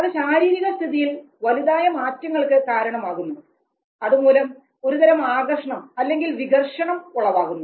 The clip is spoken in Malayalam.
അത് ശാരീരിക സ്ഥിതിയിൽ വലുതായ മാറ്റങ്ങൾക്ക് കാരണമാകുന്നു അതുമൂലം ഒരുതരം ആകർഷണം അല്ലെങ്കിൽ വികർഷണം ഉളവാകുന്നു